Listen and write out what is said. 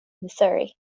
missouri